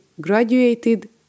graduated